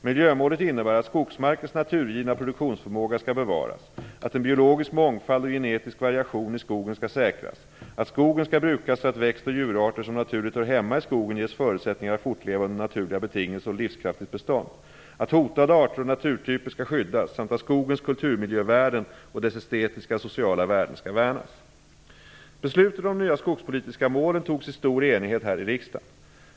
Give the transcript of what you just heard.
Miljömålet innebär att skogsmarkens naturgivna produktionsförmåga skall bevaras, att en biologisk mångfald och genetisk variation i skogen skall säkras, att skogen skall brukas så att växt och djurarter som naturligt hör hemma i skogen ges förutsättningar att fortleva under naturliga betingelser och i livskraftigt bestånd, att hotade arter och naturtyper skall skyddas samt att skogens kulturmiljövärden och dess estetiska och sociala värden skall värnas. Beslutet om de nya skogspolitiska målen fattades i stor enighet här i riksdagen.